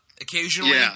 occasionally